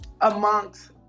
amongst